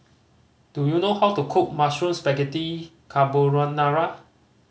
do you know how to cook Mushroom Spaghetti Carbonara